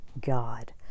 God